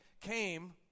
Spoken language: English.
came